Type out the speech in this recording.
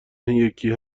یکی